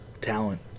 talent